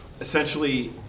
Essentially